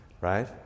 Right